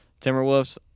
Timberwolves